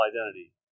identity